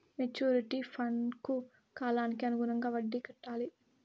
maturity ఫండ్కు కాలానికి అనుగుణంగా వడ్డీ కట్టాలి